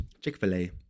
Chick-fil-A